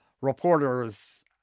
reporters